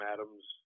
Adams